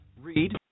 Read